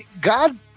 God